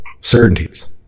certainties